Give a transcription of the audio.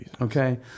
Okay